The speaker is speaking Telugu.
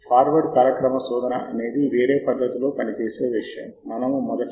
మూడవ దశ గమ్యాన్ని ఎంచుకోవడం మీరు ఈ 12 అంశాలను ఎక్కడికి తీసుకెళ్లాలనుకుంటున్నారు